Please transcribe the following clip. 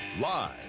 Live